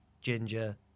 Ginger